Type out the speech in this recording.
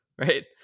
Right